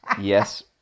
Yes